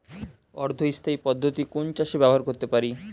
অর্ধ স্থায়ী পদ্ধতি কোন চাষে ব্যবহার করতে পারি?